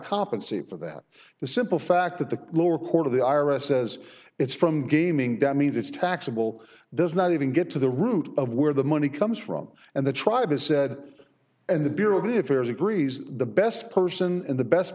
compensate for that the simple fact that the lower court of the ira says it's from gaming that means it's taxable does not even get to the root of where the money comes from and the tribe is said and the bureau of the affairs agrees the best person in the best